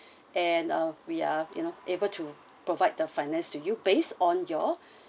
and uh we are you know able to provide the finance to you based on your uh